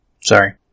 Sorry